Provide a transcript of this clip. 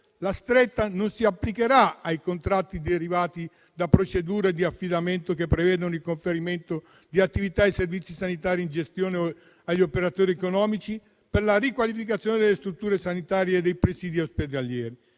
la stretta non si applicherà ai contratti derivati da procedure di affidamento che prevedono il conferimento di attività ai servizi sanitari in gestione agli operatori economici per la riqualificazione delle strutture sanitarie e dei presidi ospedalieri.